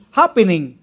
happening